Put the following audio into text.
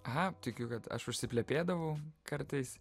aha tikiu kad aš užsiplepėdavau kartais